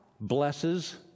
blesses